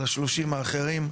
על ה-30% האחרים,